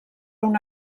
una